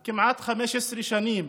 של כמעט 15 שנים